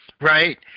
Right